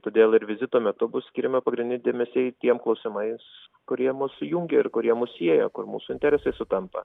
todėl ir vizito metu bus skiriama pagrindinį dėmesiai tiem klausimais kurie mus sujungia ir kurie mus sieja kur mūsų interesai sutampa